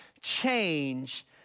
change